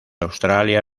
australia